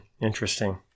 Interesting